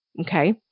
Okay